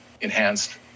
enhanced